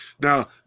Now